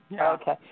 Okay